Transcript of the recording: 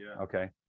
Okay